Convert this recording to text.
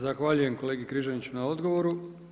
Zahvaljujem kolegi Križaniću na odgovoru.